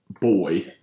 boy